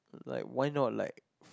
like why not like